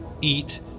eat